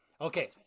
okay